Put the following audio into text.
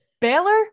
Baylor